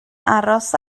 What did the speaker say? aros